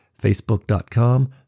Facebook.com